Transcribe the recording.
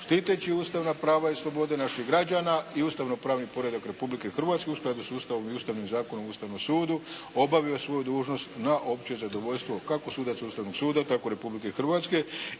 štiteći ustavna prava i slobode naših građana i ustavnopravni poredak Republike Hrvatske u skladu s Ustavom i Ustavnim zakonom o Ustavnom sudu obavio svoju dužnost na opće zadovoljstvo kako sudaca Ustavnog suda tako Republike Hrvatske